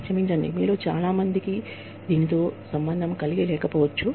క్షమించండి మీలో చాలామందికి దీని తో సంబంధం కలిగి లేకపోవచ్చు